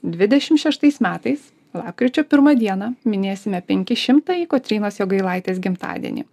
dvidešim šeštais metais lapkričio pirmą dieną minėsime penki šimtąjį kotrynos jogailaitės gimtadienį